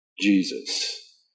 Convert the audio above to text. Jesus